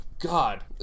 God